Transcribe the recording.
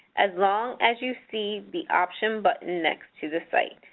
as long as you see the option button next to the site.